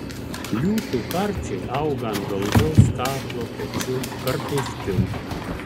liūtų karčiai auga ant galvos kaklo pečių kartais pilvo